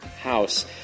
house